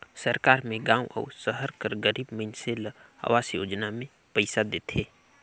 सरकार में गाँव अउ सहर कर गरीब मइनसे ल अवास योजना में पइसा देथे